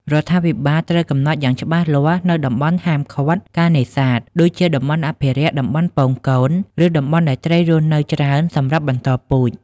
រដ្ឋាភិបាលត្រូវកំណត់យ៉ាងច្បាស់លាស់នូវតំបន់ហាមឃាត់ការនេសាទ ដូចជាតំបន់អភិរក្ស តំបន់ពងកូន ឬតំបន់ដែលត្រីរស់នៅច្រើនសម្រាប់បន្តពូជ។